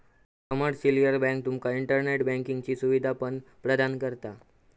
commercial bank तुका internet बँकिंगची सुवीधा पण प्रदान करता